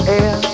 air